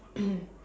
mm